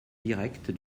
directe